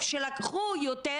שהוא הולך להצהיר שהם בעד לבטל.